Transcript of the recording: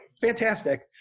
fantastic